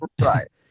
Right